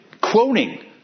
quoting